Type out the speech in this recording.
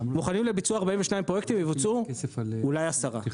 מוכנים לביצוע 42 פרויקטים; יבוצעו אולי עשרה.